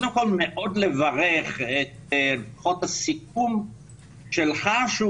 קודם כל מאוד לברך את מילות הסיכום שלך שהוא